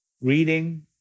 reading